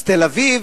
אז תל-אביב,